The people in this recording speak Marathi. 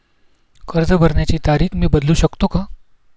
कर्ज भरण्याची तारीख मी बदलू शकतो का?